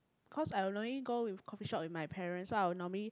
cause I only go with coffee shop with my parents so I'll normally